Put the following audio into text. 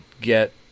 get